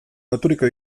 loturiko